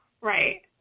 right